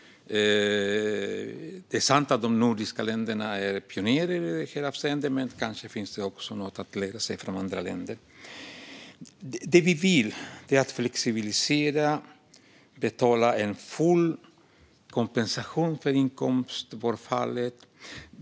Det är sant att de nordiska länderna är pionjärer i detta avseende, men kanske finns det också något att lära av andra länder. Det vi vill är att flexibilisera och betala full kompensation för inkomstbortfallet.